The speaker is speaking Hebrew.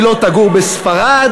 והיא לא תגור בספרד,